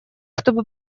чтобы